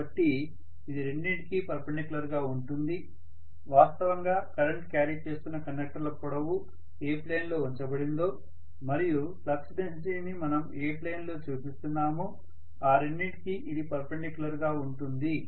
కాబట్టి ఇది రెండింటికి పర్పెండక్యులర్ గా ఉంటుంది వాస్తవంగా కరెంట్ క్యారీ చేస్తున్న కండక్టర్ల పొడవు ఏ ప్లేన్లో ఉంచబడిందో మరియు ఫ్లక్స్ డెన్సిటీని మనం ఏ ప్లేన్ లో చూస్తున్నామో ఆ రెండింటికి ఇది పర్పెండక్యులర్ గా ఉంటుంది